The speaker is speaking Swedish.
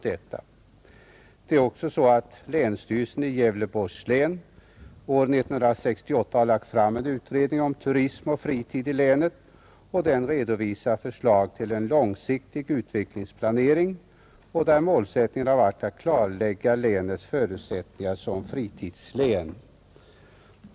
Vidare har Gävleborgs län år 1968 lagt fram en utredning om turism och fritid i länet, och i den redovisas förslag om en långsiktig utvecklingsplanering, där målsättningen är att klarlägga länets förutsättningar som fritidslän.